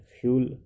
fuel